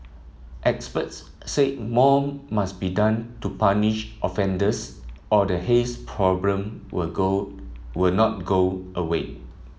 experts say more must be done to punish offenders or the haze problem will go will not go away